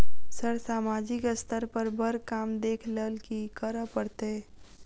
Sir सामाजिक स्तर पर बर काम देख लैलकी करऽ परतै?